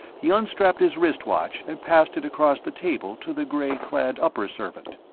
he unstrapped his wrist watch and passed it across the table to the gray-clad upper-servant.